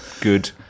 good